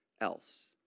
else